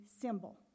symbol